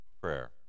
prayer